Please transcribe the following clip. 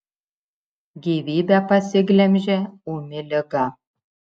gyvybę pasiglemžė ūmi liga